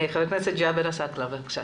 ח"כ ג'אבר עסאקלה בבקשה.